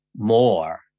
More